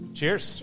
Cheers